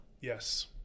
Yes